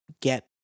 get